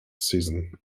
season